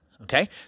Okay